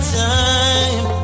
time